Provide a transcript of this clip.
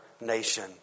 nation